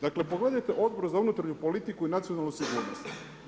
Dakle pogledajte Odbor za unutarnju politiku i nacionalnu sigurnost.